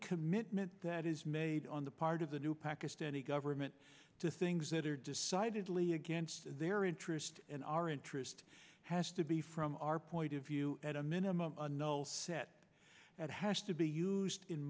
commitment that is made on the part of the new pakistani government to things that are decidedly against their interest in our interest has to be from our point of view at a minimum uno set that has to be used in